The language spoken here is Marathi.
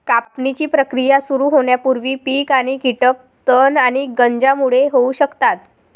कापणीची प्रक्रिया सुरू होण्यापूर्वी पीक आणि कीटक तण आणि गंजांमुळे होऊ शकतात